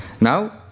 Now